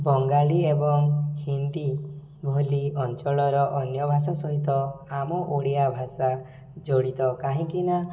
ବଙ୍ଗାଳୀ ଏବଂ ହିନ୍ଦୀ ବୋଲି ଅଞ୍ଚଳର ଅନ୍ୟ ଭାଷା ସହିତ ଆମ ଓଡ଼ିଆ ଭାଷା ଜଡ଼ିତ କାହିଁକି ନା